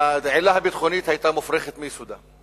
העילה הביטחונית היתה מופרכת מיסודה,